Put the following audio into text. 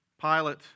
Pilate